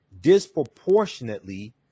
disproportionately